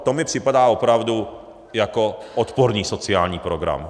To mi připadá opravdu jako odporný sociální program.